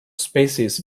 species